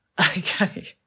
Okay